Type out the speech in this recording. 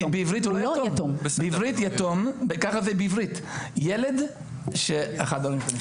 בעברית יתום, ילד שאחד ההורים שלו נפטר.